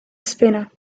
spinner